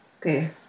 okay